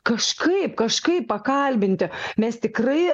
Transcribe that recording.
kažkaip kažkaip pakalbinti mes tikrai